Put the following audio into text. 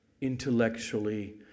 intellectually